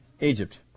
Egypt